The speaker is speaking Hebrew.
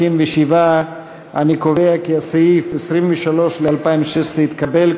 57. אני קובע כי סעיף 23 ל-2016 התקבל,